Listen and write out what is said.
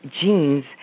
genes